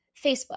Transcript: Facebook